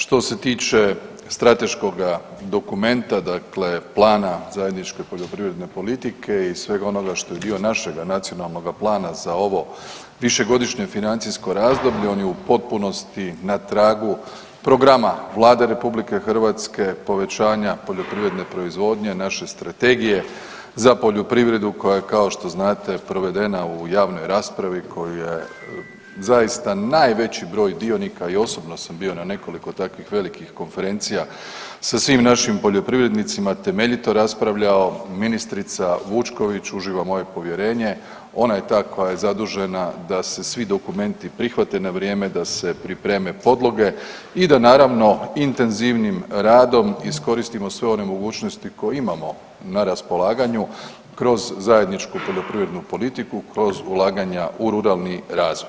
Što se tiče strateškoga dokumenta, dakle plana zajedničke poljoprivredne politike i svega onoga što je dio našega nacionalnoga plana za ovo višegodišnje financijsko razdoblje on je u potpunosti na tragu programa Vlade RH povećanja poljoprivredne proizvodnje naše strategije za poljoprivredu koja je kao što znate provedena u javnoj raspravi koju je zaista najveći broj dionika i osobno sam bio na nekoliko takvih velikih konferencija sa svim našim poljoprivrednicima temeljito raspravljao ministrica Vučković uživa moje povjerenje, ona je ta koja je zadužena da se svi dokumenti prihvate na vrijeme, da se pripreme podloge i da naravno, intenzivnim radom iskoristimo sve one mogućnosti koje imamo na raspolaganju kroz zajedničku poljoprivrednu politiku, kroz ulaganja u ruralni razvoj.